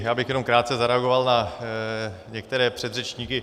Já bych jenom krátce zareagoval na některé předřečníky.